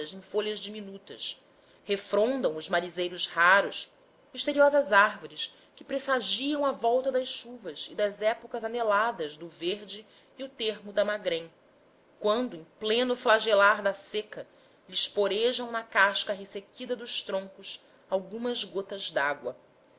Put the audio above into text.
em folhas diminutas refrondam os marizeiros raros misteriosas árvores que pressagiam a volta das chuvas e das épocas aneladas do verde e o termo da magrém quando em pleno flagelar da seca lhes porejam na casca ressequida dos troncos algumas gotas dágua